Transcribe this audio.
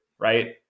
Right